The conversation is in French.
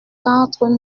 quatre